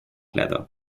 leather